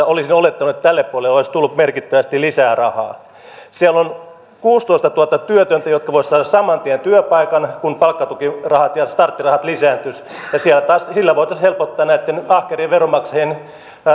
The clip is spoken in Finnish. olisin olettanut että lisäbudjetissa tälle puolelle olisi tullut merkittävästi lisää rahaa siellä on kuusitoistatuhatta työtöntä jotka voisivat saada saman tien työpaikan kun palkkatukirahat ja ja starttirahat lisääntyisivät ja sillä taas voitaisiin helpottaa näitten ahkerien veronmaksajien